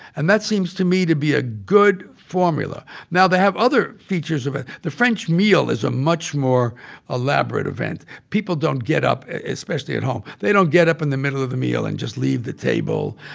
and that seems to me to be a good formula now, they have other features of it. the french meal is a much more elaborate event. people don't get up especially at home they don't get up in the middle of the meal and just leave the table.